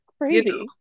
crazy